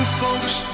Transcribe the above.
folks